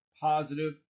positive